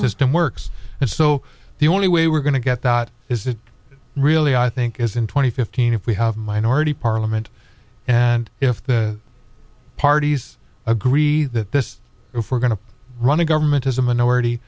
system works and so the only way we're going to get that is that really i think is in twenty fifteen if we have minority parliament and if the parties agree that this if we're going to run a government as a minority